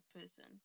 person